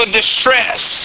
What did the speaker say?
distress